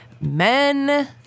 men